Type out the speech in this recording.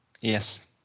Yes